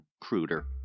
cruder